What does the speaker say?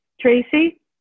Tracy